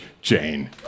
Jane